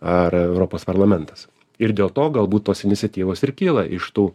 ar europos parlamentas ir dėl to galbūt tos iniciatyvos ir kyla iš tų